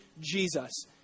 Jesus